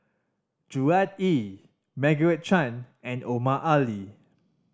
Gerard Ee Margaret Chan and Omar Ali